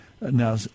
Now